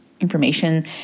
information